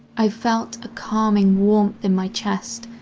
i felt a calming warmth in my chest,